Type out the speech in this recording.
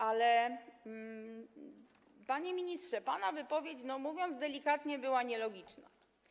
Ale, panie ministrze, pana wypowiedź, mówiąc delikatnie, była nielogiczna.